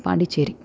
Pondicherry